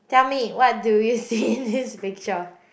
tell me what do you see in this picture